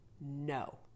no